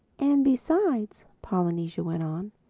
and besides, polynesia went on,